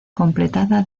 completada